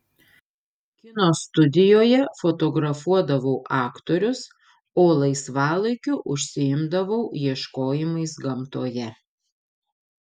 kino studijoje fotografuodavau aktorius o laisvalaikiu užsiimdavau ieškojimais gamtoje